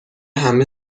همه